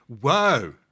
Whoa